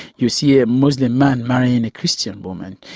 you see a muslim man marrying a christian woman,